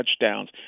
touchdowns